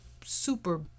super